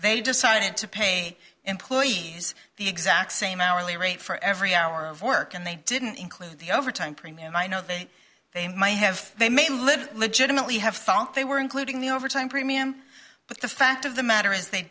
they decided to paint employees the exact same hourly rate for every hour of work and they didn't include the overtime premium i know think they might have they may live legitimately have felt they were including the overtime premium but the fact of the matter is they